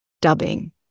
dubbing